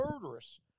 murderous